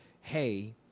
hey